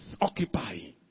occupying